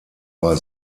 war